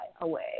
away